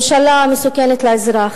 ממשלה המסוכנת לאזרח,